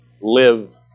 Live